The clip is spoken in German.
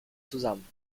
zusammen